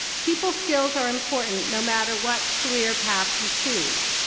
people skills are important no matter what career path you choose.